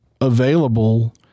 available